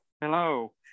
Hello